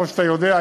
כמו שאתה יודע,